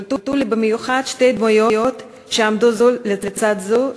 בלטו לי במיוחד שתי דמויות שעמדו זו לצד זו,